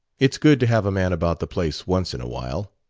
it's good to have a man about the place once in a while.